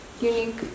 unique